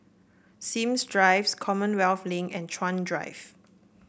Sims Drives Commonwealth Link and Chuan Drive